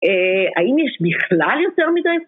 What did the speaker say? ‫האם יש בכלל יותר מידי...